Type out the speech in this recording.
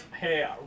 hey